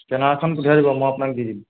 স্কেনাৰখন পঠিয়াই দিব মই আপোনাক দি দিম